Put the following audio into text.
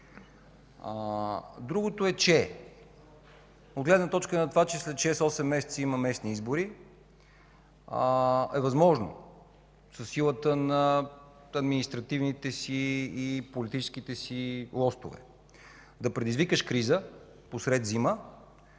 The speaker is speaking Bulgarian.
Другото е, че от гледна точка на това, че след 6-8 месеца има местни избори, е възможно със силата на административните си и политическите си лостове да предизвикаш криза посред зима,